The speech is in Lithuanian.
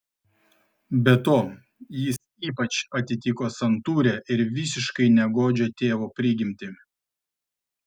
be to jis ypač atitiko santūrią ir visiškai negodžią tėvo prigimtį